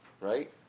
Right